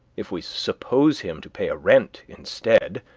if we suppose him to pay a rent instead,